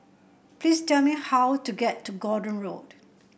please tell me how to get to Gordon Road